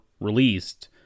released